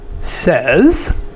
says